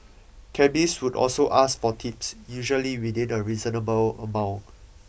cabbies would ask for tips usually within a reasonable amount